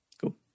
Cool